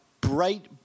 bright